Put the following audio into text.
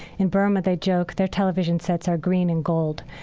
in burma they joked their television sets are green and gold.